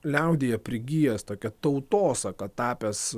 liaudyje prigijęs tokia tautosaka tapęs